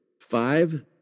Five